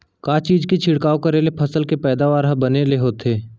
का चीज के छिड़काव करें ले फसल के पैदावार ह बने ले होथे?